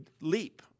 leap